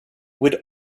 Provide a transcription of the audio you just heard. would